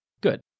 Good